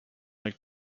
like